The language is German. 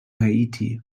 haiti